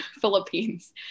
Philippines